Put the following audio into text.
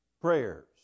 prayers